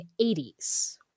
1980s